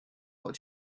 what